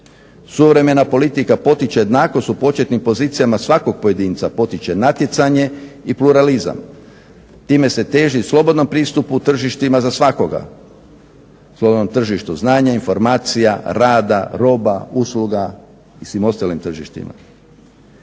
Suvremena politika potiče jednakost u početnim pozicijama svakog pojedinca, potiče natjecanje i pluralizam. Time se teži slobodnom pristupu tržištima za svakoga, slobodnom tržištu znanja, informacija, rada, roba, usluga, svim ostalim tržištima.